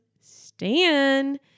stan